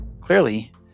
Clearly